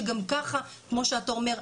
שגם ככה כמו שאתה אומר,